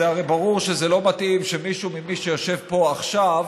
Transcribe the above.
זה הרי ברור שזה לא מתאים שמישהו ממי שיושב פה עכשיו